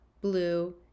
Blue